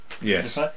Yes